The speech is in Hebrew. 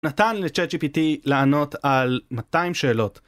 נתן ל-ChatGPT לענות על 200 שאלות.